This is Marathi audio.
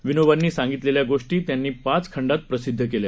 विनोबांनी सांगितलेल्या गोष्टी त्यांनी पाच खंडात प्रसिद्ध केल्या